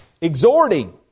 exhorting